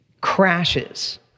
crashes